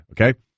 Okay